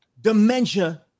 dementia